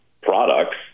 products